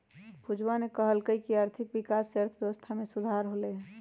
पूजावा ने कहल कई की आर्थिक विकास से अर्थव्यवस्था में सुधार होलय है